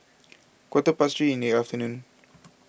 quarter past three in the afternoon